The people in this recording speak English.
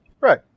Right